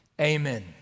Amen